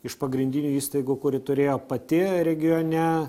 iš pagrindinių įstaigų kuri turėjo pati regione